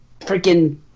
freaking